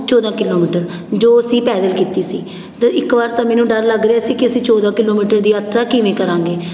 ਚੌਦ੍ਹਾਂ ਕਿਲੋਮੀਟਰ ਜੋ ਅਸੀਂ ਪੈਦਲ ਕੀਤੀ ਸੀ ਅਤੇ ਇੱਕ ਵਾਰ ਤਾਂ ਮੈਨੂੰ ਡਰ ਲੱਗ ਰਿਹਾ ਸੀ ਕਿ ਅਸੀਂ ਚੌਦ੍ਹਾਂ ਕਿਲੋਮੀਟਰ ਦੀ ਯਾਤਰਾ ਕਿਵੇਂ ਕਰਾਂਗੇ